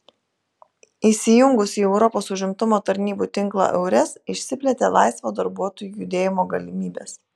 įsijungus į europos užimtumo tarnybų tinklą eures išsiplėtė laisvo darbuotojų judėjimo galimybės